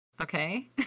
Okay